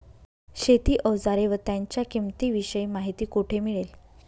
शेती औजारे व त्यांच्या किंमतीविषयी माहिती कोठे मिळेल?